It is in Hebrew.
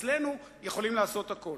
אצלנו יכולים לעשות הכול.